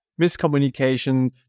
miscommunication